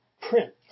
print